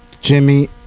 Jimmy